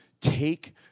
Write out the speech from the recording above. take